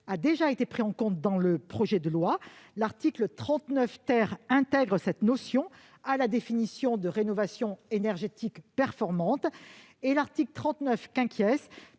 a déjà été pris en compte dans le projet de loi. Ainsi, l'article 39 intègre cette notion à la définition de rénovation énergétique performante et l'article 39 prévoit